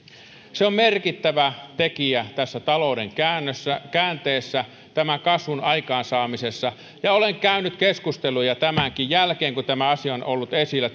se on merkittävä tekijä tässä talouden käänteessä tämän kasvun aikaansaamisessa olen käynyt keskusteluja työmarkkinaosapuolten kanssa tämänkin jälkeen kun tämä asia on ollut esillä